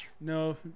No